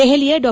ದೆಹಲಿಯ ಡಾ